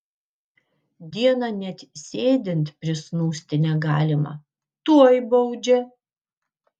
dieną net sėdint prisnūsti negalima tuoj baudžia